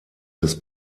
des